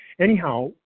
Anyhow